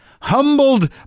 humbled